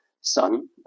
son